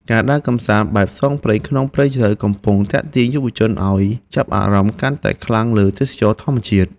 ការដើរកម្សាន្តបែបផ្សងព្រេងក្នុងព្រៃជ្រៅកំពុងទាក់ទាញយុវជនឱ្យចាប់អារម្មណ៍កាន់តែខ្លាំងលើទេសចរណ៍ធម្មជាតិ។